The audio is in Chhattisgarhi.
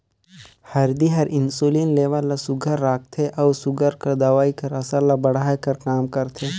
हरदी हर इंसुलिन लेबल ल सुग्घर राखथे अउ सूगर कर दवई कर असर ल बढ़ाए कर काम करथे